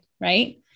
Right